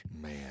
Man